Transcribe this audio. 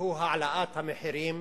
והוא העלאת המחירים